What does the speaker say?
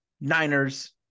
Niners